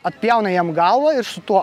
atpjauna jam galvą ir su tuo